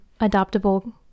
adoptable